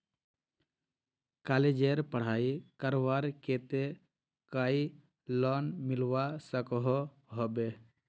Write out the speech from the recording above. कॉलेजेर पढ़ाई करवार केते कोई लोन मिलवा सकोहो होबे?